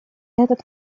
этот